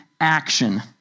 action